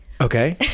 Okay